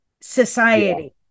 society